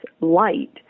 light